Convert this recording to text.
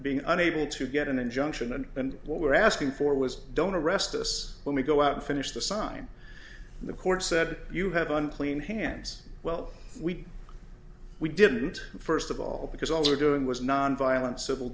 being unable to get an injunction and and what we're asking for was don't arrest this let me go out and finish the sign the court said you have unclean hands well we we didn't first of all because all they were doing was nonviolent civil